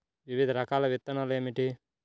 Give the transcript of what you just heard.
వివిధ రకాల విత్తనాలు ఏమిటి?